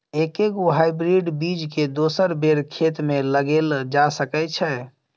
एके गो हाइब्रिड बीज केँ दोसर बेर खेत मे लगैल जा सकय छै?